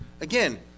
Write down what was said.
Again